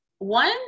One